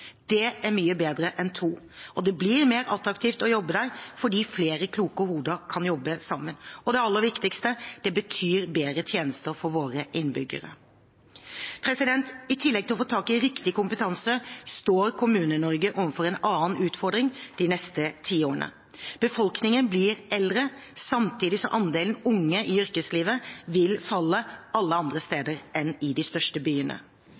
Det er mye bedre enn to. Og det blir mer attraktivt å jobbe der, fordi flere kloke hoder kan jobbe sammen. Og det aller viktigste er at det betyr bedre tjenester for våre innbyggere. I tillegg til utfordringen med å få tak i riktig kompetanse står Kommune-Norge overfor en annen utfordring de neste tiårene: Befolkningen blir eldre, samtidig som andelen unge i yrkeslivet vil falle alle andre steder enn i de største byene.